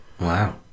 Wow